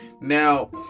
Now